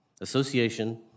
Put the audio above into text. association